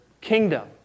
kingdom